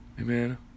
Amen